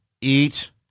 eat